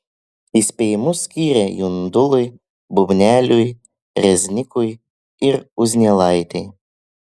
įspėjimus skyrė jundului bubneliui reznikui ir uzielaitei